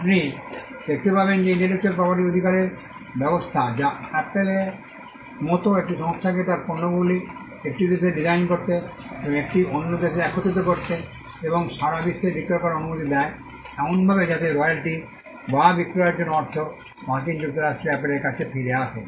আপনি দেখতে পাবেন যে এটি ইন্টেলেকচুয়াল প্রপার্টি অধিকারের ব্যবস্থা যা অ্যাপলের মতো একটি সংস্থাকে তার পণ্যগুলি একটি দেশে ডিজাইন করতে এবং এটি অন্য দেশে একত্রিত করতে এবং সারা বিশ্বে বিক্রয় করার অনুমতি দেয় এমনভাবে যাতে রয়্যালটি বা বিক্রয়ের জন্য অর্থ মার্কিন যুক্তরাষ্ট্রে অ্যাপলের কাছে ফিরে আসে